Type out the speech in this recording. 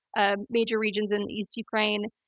ah major regions in east ukraine,